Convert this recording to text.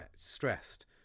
stressed